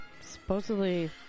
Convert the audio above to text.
supposedly